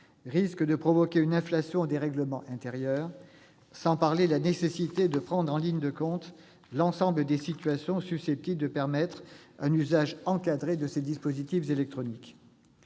risque de provoquer une inflation des règlements intérieurs, sans parler de la nécessité de prendre en compte l'ensemble des situations susceptibles de permettre un usage encadré de ces dispositifs électroniques.